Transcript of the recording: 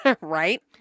right